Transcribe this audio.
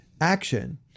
Action